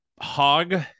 hog